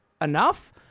enough